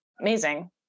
Amazing